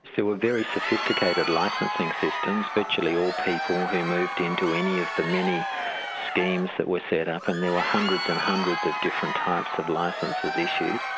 there were very sophisticated licencing systems virtually all people who moved in to any of the many schemes that were set up, and there were hundreds and hundreds of different types of licences issued,